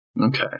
Okay